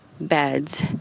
beds